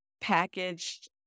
packaged